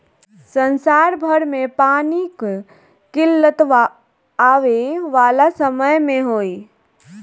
संसार भर में पानी कअ किल्लत आवे वाला समय में होई